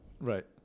Right